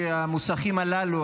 המוסכים הללו,